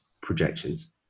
projections